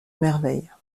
merveille